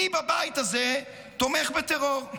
מי בבית הזה תומך בטרור?